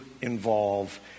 involve